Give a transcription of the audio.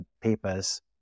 papers